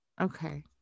Okay